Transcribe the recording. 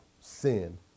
sin